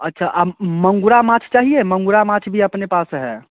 अच्छा मंगूरा माछ चाहिए मंगूरा माछ भी अपने पास है